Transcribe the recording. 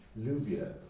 Lubia